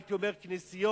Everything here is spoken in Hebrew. הייתי אומר אולי כנסיות,